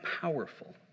powerful